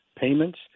payments